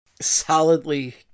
Solidly